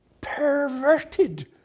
perverted